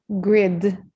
grid